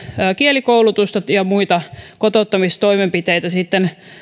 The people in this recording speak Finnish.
kielikoulutusta ja muita kotouttamistoimenpiteitä